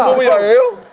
are you?